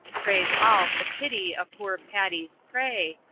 prays all to pity a poor patty's prey,